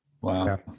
Wow